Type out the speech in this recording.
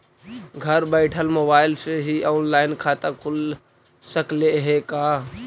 घर बैठल मोबाईल से ही औनलाइन खाता खुल सकले हे का?